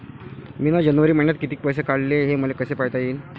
मिन जनवरी मईन्यात कितीक पैसे काढले, हे मले कस पायता येईन?